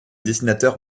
dessinateur